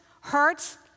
hurts